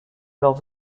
alors